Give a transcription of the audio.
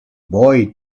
boy